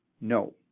no